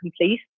complete